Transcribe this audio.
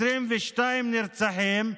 22 נרצחים,